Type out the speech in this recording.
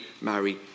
marry